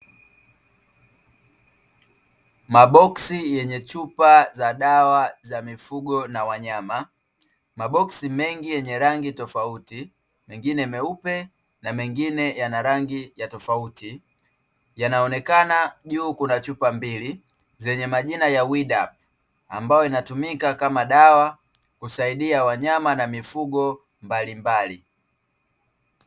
Maboksi yenye chupa za dawa za mifugo na wanyama, maboksi mengi yenye rangi tofauti mengine meupe na mengine yana rangi ya tofauti yanaonekana. Juu kuna chupa mbili zenye majina ya "weedal" ambayo inatumika kama dawa, husaidia wanyama na mifugo mbalimbali.